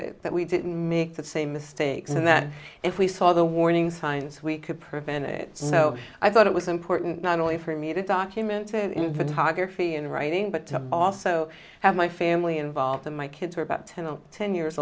that we didn't make the same mistakes and then if we saw the warning signs we could prevent it so i thought it was important not only for me to document photography and writing but to also have my family involved and my kids were about ten or ten years